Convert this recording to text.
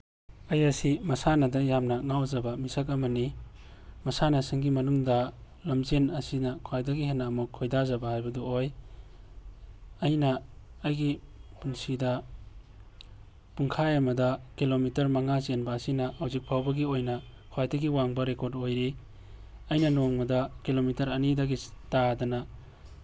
ꯑꯩ ꯑꯁꯤ ꯃꯁꯥꯟꯅꯕꯗ ꯌꯥꯝꯅ ꯉꯥꯎꯖꯕ ꯃꯤꯁꯛ ꯑꯃꯅꯤ ꯃꯁꯥꯟꯅꯁꯤꯡꯒꯤ ꯃꯅꯨꯡꯗ ꯂꯝꯖꯦꯟ ꯑꯁꯤꯅ ꯈ꯭ꯋꯥꯏꯗꯒꯤ ꯍꯦꯟꯅ ꯑꯃꯨꯛ ꯈꯣꯏꯗꯥꯖꯕ ꯍꯥꯏꯕꯗꯨ ꯑꯣꯏ ꯑꯩꯅ ꯑꯩꯒꯤ ꯄꯨꯟꯁꯤꯗ ꯄꯨꯡꯈꯥꯏ ꯑꯃꯗ ꯀꯤꯂꯣꯃꯤꯇꯔ ꯃꯉꯥ ꯆꯦꯟꯕ ꯑꯁꯤꯅ ꯍꯧꯖꯤꯛ ꯐꯥꯎꯕꯒꯤ ꯑꯣꯏꯅ ꯈ꯭ꯋꯥꯏꯗꯒꯤ ꯋꯥꯡꯕ ꯔꯦꯀꯣꯔꯠ ꯑꯣꯏꯔꯤ ꯑꯩꯅ ꯅꯣꯡꯃꯗ ꯀꯤꯂꯣꯃꯤꯇꯔ ꯑꯅꯤꯗꯒꯤ ꯇꯥꯗꯅ